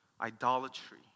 idolatry